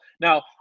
Now